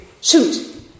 Shoot